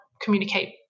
communicate